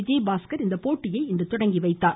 விஜயபாஸ்கர் இந்த போட்டியை தொடங்கிவைத்தார்